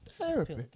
therapy